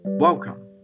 Welcome